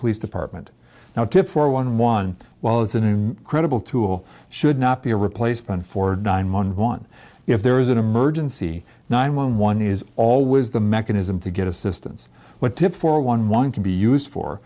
police department now tip for one one while it's an incredible tool should not be a replacement for diamond want if there is an emergency nine one one is always the mechanism to get assistance what tip for one one can be used for